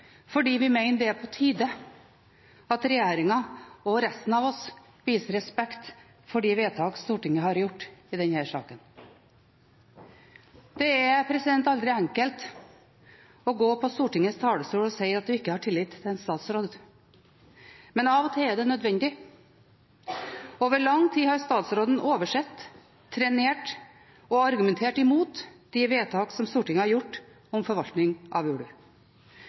fordi vi mener det er på tide at regjeringen og resten av oss viser respekt for de vedtak Stortinget har gjort i denne saken. Det er aldri enkelt å gå på Stortingets talerstol og si at en ikke har tillit til en statsråd, men av og til er det nødvendig. Over lang tid har statsråden oversett, trenert og argumentert imot de vedtak som Stortinget har gjort om forvaltning av